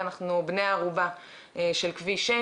זה קשור לשירות של הכביש.